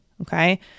Okay